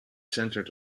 centred